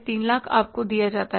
300000 आपको दिया जाता है